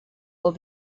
will